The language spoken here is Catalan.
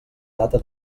data